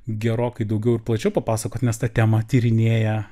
gerokai daugiau ir plačiau papasakoti nes tą temą tyrinėja